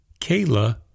Kayla